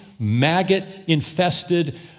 maggot-infested